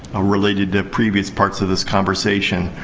ah related to previous parts of this conversation,